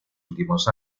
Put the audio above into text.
últimos